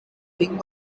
ring